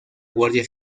guardia